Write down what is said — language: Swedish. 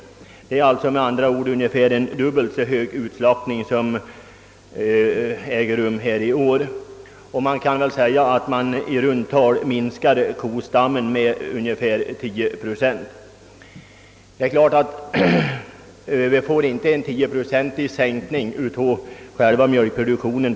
Vi har med andra ord en dubbelt så hög utslaktning i år som tidigare. I runt tal kan man säga att vi därigenom minskar vår kostam med ungefär 10 procent. Därmed får vi emellertid inte en tioprocentig sänkning av mjölkproduktionen.